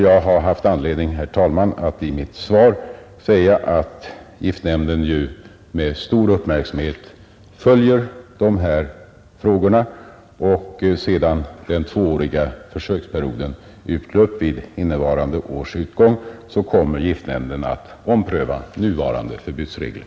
Jag har haft anledning, herr talman, att i mitt svar säga att giftnämnden med stor uppmärksamhet följer dessa frågor, och sedan den tvååriga försöksperioden utlöpt vid innevarande års utgång kommer giftnämnden att ompröva nuvarande förbudsregler.